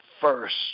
first